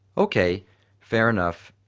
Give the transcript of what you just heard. ok fair enough.